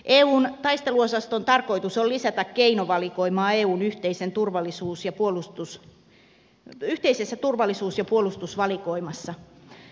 eun taisteluosaston tarkoitus on lisätä keinovalikoimaa eun yhteisessä turvallisuus ja puolustusvalikoimassa